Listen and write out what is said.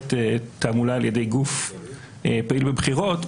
כוללת גם תעמולה על-ידי גוף פעילות בחירות,